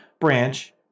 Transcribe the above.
branch